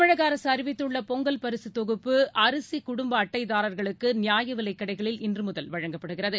தமிழக அரசு அறிவித்துள்ள பொங்கல் பரிசுத் தொகுப்பு அரிசி குடும்ப அட்டைதாரர்களுக்கு நியாயவிலைக் கடைகளில் இன்று முதல் வழங்கப்படுகிறது